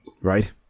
Right